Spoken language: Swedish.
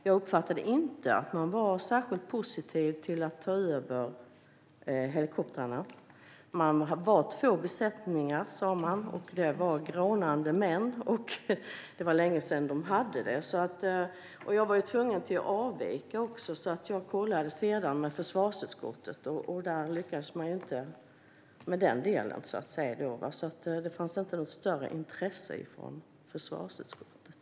Jag uppfattade inte att man var särskilt positiv till att ta över helikoptrarna. Man sa att det var två besättningar, och det var grånande män. Det var länge sedan man hade två besättningar. Jag var dessutom tvungen att avvika från mötet. Senare kollade jag med försvarsutskottet, och de lyckades inte med den delen. Det fanns inte något större intresse från försvarsutskottet.